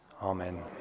Amen